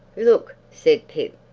look! said pip.